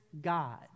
God